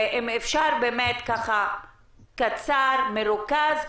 אם אפשר, קצר ומרוכז.